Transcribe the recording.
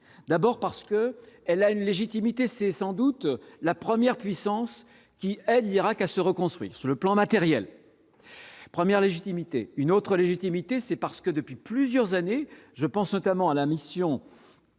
d'abord, parce qu'elle a une légitimité, c'est sans doute la première puissance qui est l'Irak à se reconstruire sur le plan matériel premières légitimité, une autre légitimité, c'est parce que depuis plusieurs années, je pense notamment à la mission